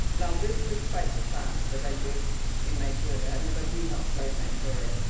now, this despite the fact that i lived in nigeria. i had never been outside nigeria.